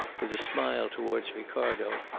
with a smile towards ricardo.